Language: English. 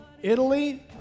Italy